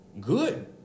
good